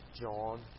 John